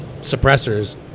suppressors